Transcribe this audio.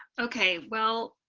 okay, well,